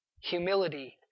humility